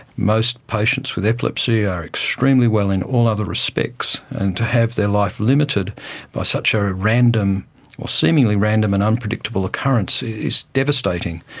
most patients with epilepsy are extremely well in all other respects, and to have their life limited by such a random or seemingly random and unpredictable occurrence is devastating.